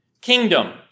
Kingdom